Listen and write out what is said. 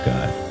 God